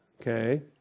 okay